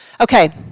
Okay